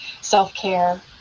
Self-care